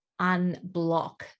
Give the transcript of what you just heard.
unblock